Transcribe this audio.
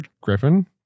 griffin